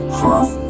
half